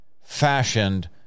fashioned